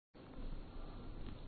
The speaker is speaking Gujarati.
artificial intelligence પ્રોફ